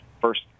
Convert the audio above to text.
first